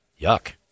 Yuck